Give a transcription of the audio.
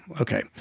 okay